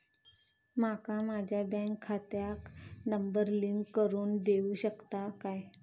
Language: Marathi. माका माझ्या बँक खात्याक नंबर लिंक करून देऊ शकता काय?